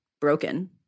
broken